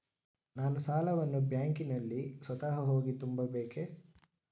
ನಾನು ಸಾಲವನ್ನು ಬ್ಯಾಂಕಿನಲ್ಲಿ ಸ್ವತಃ ಹೋಗಿ ತುಂಬಬೇಕೇ?